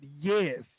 Yes